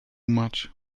much